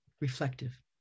reflective